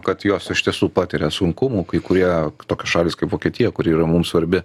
kad jos iš tiesų patiria sunkumų kai kurie tokios šalys kaip vokietija kuri yra mum svarbi